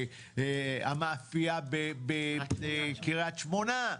המאפייה בקריית שמונה,